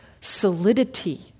solidity